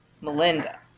Melinda